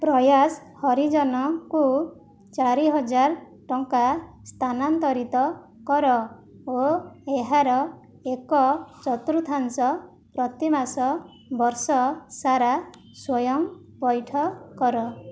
ପ୍ରୟାସ ହରିଜନଙ୍କୁ ଚାରିହଜାର ଟଙ୍କା ସ୍ଥାନାନ୍ତରିତ କର ଓ ଏହାର ଏକ ଚତୁର୍ଥାଂଶ ପ୍ରତିମାସ ବର୍ଷସାରା ସ୍ଵୟଂ ପୈଠ କର